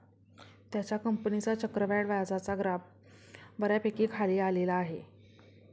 त्याच्या कंपनीचा चक्रवाढ व्याजाचा ग्राफ बऱ्यापैकी खाली आलेला आहे